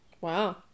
Wow